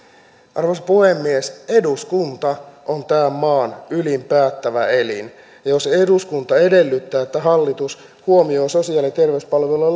arvoisa puhemies eduskunta on tämän maan ylin päättävä elin ja jos eduskunta edellyttää että hallitus huomioi sosiaali ja terveyspalvelujen